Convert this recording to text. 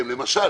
למשל,